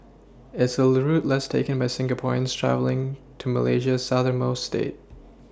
it's a route less taken by Singaporeans travelling to Malaysia's southernmost state